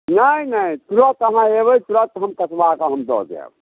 नहि नहि तुरत अहाँ एबै तुरत हम कसबा कऽ हम दऽ जायब